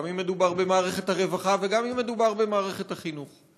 גם אם מדובר במערכת הרווחה וגם אם מדובר במערכת החינוך,